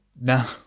No